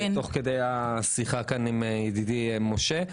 תוך כדי השיחה כאן עם ידידי משה,